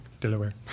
Delaware